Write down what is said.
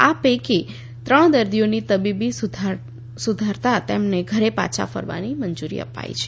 આ પૈકી ત્રણ દર્દીઓની તબીયત સુધરતા તેમને ઘરે પાછા ફરવાની મંજુરી અપાઈ હતી